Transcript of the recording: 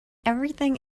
everything